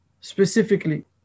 specifically